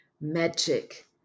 magic